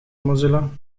mozilla